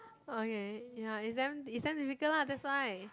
okay ya is damn is damn difficult lah that's why